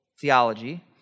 theology